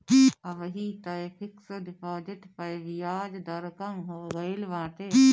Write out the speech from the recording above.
अबही तअ fix deposit पअ बियाज दर कम हो गईल बाटे